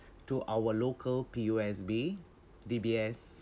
to our local P_O_S_B D_B_S